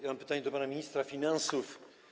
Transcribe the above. Ja mam pytanie do pana ministra finansów.